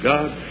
God